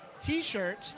t-shirt